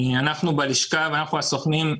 אנחנו בלשכה, ואנחנו הסוכנים,